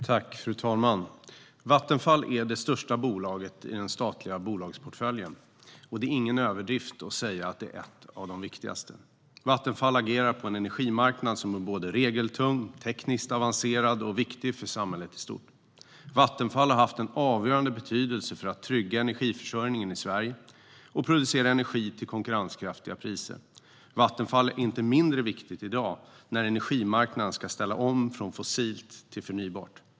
Fru talman! Vattenfall är det största bolaget i den statliga bolagsportföljen, och det är ingen överdrift att säga att det är ett av de viktigaste. Vattenfall agerar på en energimarknad som är regeltung, tekniskt avancerad och viktig för samhället i stort. Vattenfall har haft en avgörande betydelse för att trygga energiförsörjningen i Sverige och producera energi till konkurrenskraftiga priser. Vattenfall är inte mindre viktigt i dag när energimarknaden ska ställa om från fossilt till förnybart.